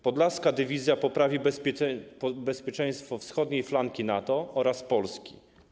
Podlaska dywizja poprawi bezpieczeństwo wschodniej flanki NATO oraz Polski.